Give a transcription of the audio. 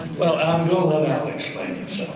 well i'm gonna let al but like